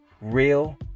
real